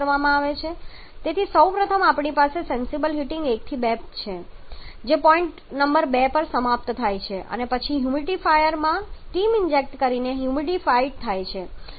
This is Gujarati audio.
તેથી સૌપ્રથમ આપણી પાસે સેન્સિબલ હીટિંગ 1 થી 2 છે જે પોઈન્ટ નંબર 2 પર સમાપ્ત થાય છે અને પછી હ્યુમિડિફાયરમાં સ્ટીમ ઇન્જેક્ટ કરીને હ્યુમિડિફાઇડ થાય છે